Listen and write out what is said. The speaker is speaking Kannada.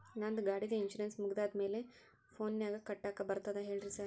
ನಂದ್ ಗಾಡಿದು ಇನ್ಶೂರೆನ್ಸ್ ಮುಗಿದದ ಮೊಬೈಲ್ ಫೋನಿನಾಗ್ ಕಟ್ಟಾಕ್ ಬರ್ತದ ಹೇಳ್ರಿ ಸಾರ್?